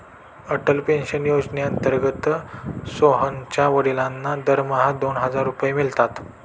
Atal pension योजनेअंतर्गत सोहनच्या वडिलांना दरमहा दोन हजार रुपये मिळतात